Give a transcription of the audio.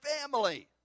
family